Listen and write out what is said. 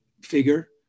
figure